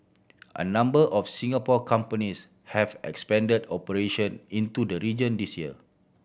a number of Singapore companies have expanded operation into the region this year